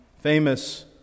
famous